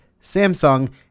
Samsung